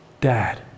dad